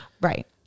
Right